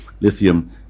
Lithium